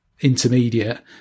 intermediate